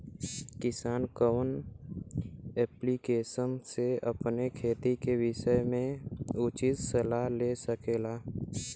किसान कवन ऐप्लिकेशन से अपने खेती के विषय मे उचित सलाह ले सकेला?